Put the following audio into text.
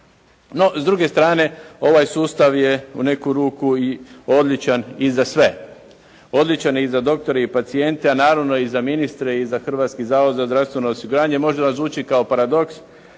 No s druge strane, ovaj sustav je u neku ruku i odličan i za sve. Odličan je i za doktore i pacijente, a naravno i za ministre i za Hrvatski zavod za zdravstveno osiguranje. Možda vam zvuči kao paradoks,